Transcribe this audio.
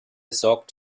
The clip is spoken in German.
sorgt